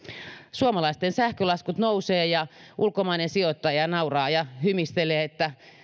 suomalaisten sähkölaskut nousevat ja ulkomainen sijoittaja nauraa ja hymistelee että